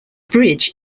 bridge